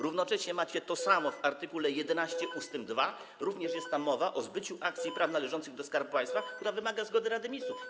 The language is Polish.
Równocześnie macie to samo w art. 11 ust. 2, jest tam mowa o zbyciu akcji i praw należących do Skarbu Państwa, które wymaga zgody Rady Ministrów.